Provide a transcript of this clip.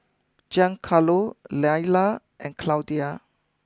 Giancarlo Lilla and Claudia